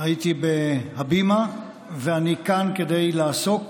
המציע הבא של הצעה לסדר-היום,